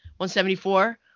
174